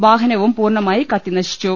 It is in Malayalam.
വാഹനവും പൂർണ്ണമായി കത്തിനശിച്ചു